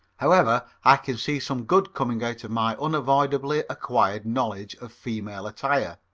however, i can see some good coming out of my unavoidably acquired knowledge of female attire.